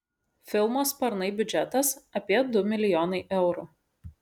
filmo sparnai biudžetas apie du milijonai eurų